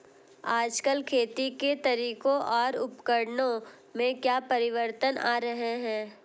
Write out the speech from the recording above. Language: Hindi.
आजकल खेती के तरीकों और उपकरणों में क्या परिवर्तन आ रहें हैं?